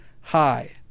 hi